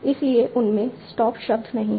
इसलिए उनमें स्टॉप शब्द नहीं हैं